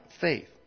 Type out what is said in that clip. faith